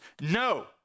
No